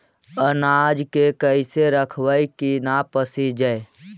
अनाज के कैसे रखबै कि न पसिजै?